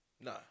No